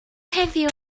heddiw